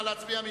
נא להצביע.